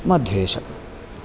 मध्वेश